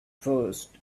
first